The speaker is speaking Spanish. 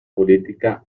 política